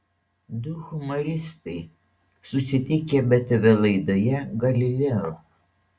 du humoristai susitikę btv laidoje galileo